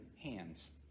hands